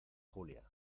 julia